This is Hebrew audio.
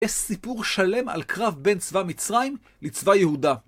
יש סיפור שלם על קרב בין צבא מצרים לצבא יהודה.